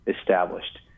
established